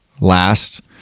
last